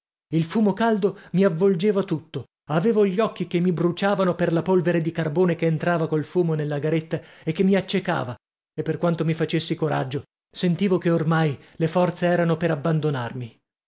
il fumo caldo mi avvolgeva tutto avevo gli occhi che mi bruciavano per la polvere di carbone che entrava col fumo nella garetta e che mi accecava e per quanto mi facessi coraggio sentivo che ormai le forze erano per abbandonarmi